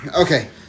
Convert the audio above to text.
Okay